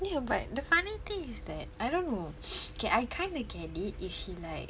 ya but the funny thing is that I don't know kay I kind of get it if she like